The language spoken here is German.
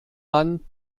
man